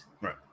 right